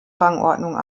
rangordnung